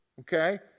okay